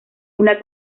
una